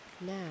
Now